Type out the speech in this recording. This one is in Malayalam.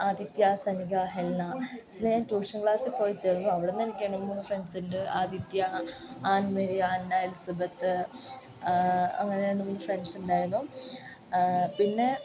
ആദിത്യ സന്ധ്യ ഹെൽന പിന്നെ ഞാൻ ട്യൂഷൻ ക്ലാസിൽ പോയി ചേർന്നു അവിടെ നിന്ന് എനിക്ക് മൂന്ന് ഫ്രണ്ട്സ് ഉണ്ട് ആദിത്യ ആൻ മരിയ എലിസബത്ത് അങ്ങനെ രണ്ടു മൂന്നു ഫ്രണ്ട്സ് ഉണ്ടായിരുന്നു പിന്നെ